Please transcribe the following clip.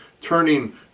turning